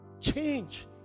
Change